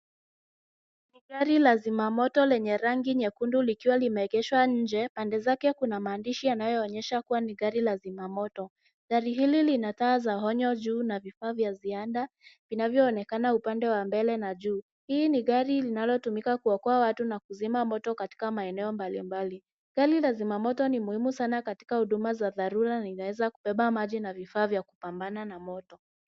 Gari la zimamoto lenye rangi nyekundu likiwa limeegeshwa nje. Pande zake kuna maandishi yanayoonyesha ni gari la zimamoto. Gari hili lina taa za onyo juu na vifaa vya ziada vinavyoonekana upande wa mbele na juu. Hii ni gari inalotumika kuzima moto na kuokoa watu katika eneo mbalimbali. Gari la zimamoto ni muhimu sana katika huduma za dharura na inaweza beba maji na vifaa vya kupambana na moto.